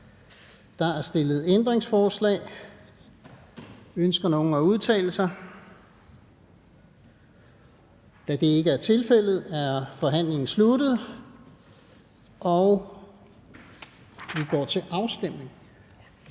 Der er stillet ændringsforslag. Ønsker nogen at udtale sig? Da det ikke er tilfældet, er forhandlingen sluttet, og vi går til afstemning.